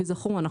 כזכור,